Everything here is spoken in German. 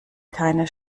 keine